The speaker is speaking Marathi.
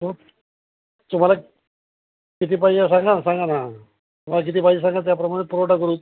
हो तुम्हाला किती पाहिजे सांगा सांगा ना तुम्हाला किती पाहिजे सांगा त्याप्रमाणे पुरवठा करू